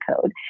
code